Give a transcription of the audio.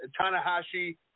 Tanahashi